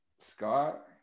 Scott